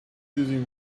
using